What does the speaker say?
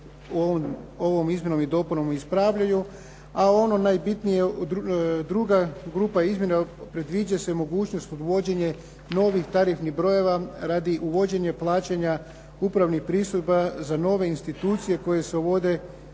se ovom izmjenom i dopunom ispravljaju. A ono najbitnije, druga grupa izmjena, predviđa se mogućnost uvođenja novih tarifnih brojeva radi uvođenja plaćanja upravnih pristojba za nove institucije koje se uvode